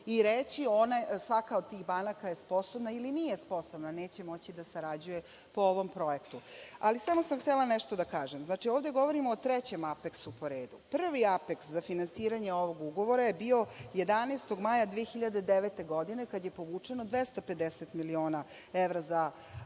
i reći – svaka od tih banaka je sposobna ili nije sposobna, neće moći da sarađuje po ovom projektu. Samo sam htela nešto da kažem. Ovde govorimo o trećem apeksu po redu. Prvi apeks za finansiranje ovog ugovora je bio 11. maja 2009. godine, kada je povučeno 250 miliona evra za